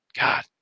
God